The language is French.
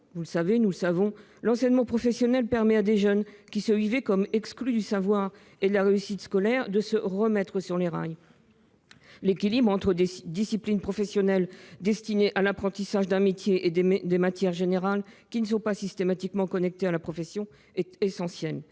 Très souvent, nous le savons, l'enseignement professionnel permet à des jeunes qui se sentaient exclus du savoir et de la réussite scolaire de se remettre sur les rails. L'équilibre entre des disciplines professionnelles destinées à l'apprentissage d'un métier et des matières générales qui ne sont pas systématiquement connectées à la profession est essentiel.